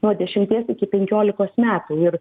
nuo dešimties iki penkiolikos metų ir